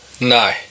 No